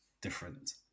different